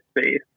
space